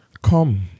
come